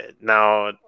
now